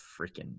freaking